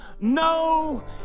no